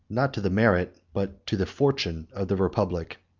not to the merit, but to the fortune, of the republic.